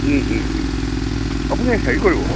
আপুনি হেৰি কৰিব